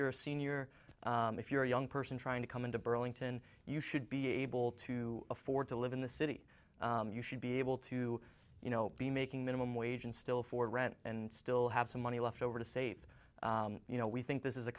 you're a senior if you're a young person trying to come into burlington you should be able to afford to live in the city you should be able to you know be making minimum wage and still for rent and still have some money left over to save you know we think this is a